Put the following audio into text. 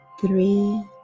three